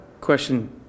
question